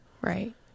Right